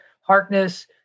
Harkness